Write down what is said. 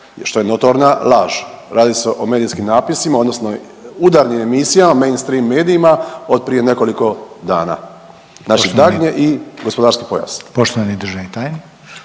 Što je notorna laž, radi se o medijskim napisima odnosno udarnim emisijama mainstream medijima od prije nekoliko dana. Naše dagnje i gospodarski pojas.